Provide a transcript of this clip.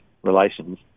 relations